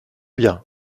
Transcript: bien